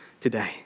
today